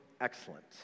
excellent